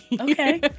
Okay